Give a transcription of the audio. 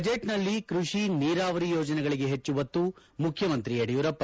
ಬಜೆಟ್ನಲ್ಲಿ ಕೃಷಿ ನೀರಾವರಿ ಯೋಜನೆಗಳಿಗೆ ಹೆಚ್ಚು ಒತ್ತು ಮುಖ್ಯಮಂತ್ರಿ ಯಡಿಯೂರಪ್ಪ